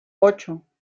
ocho